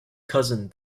cousin